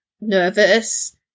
nervous